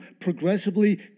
progressively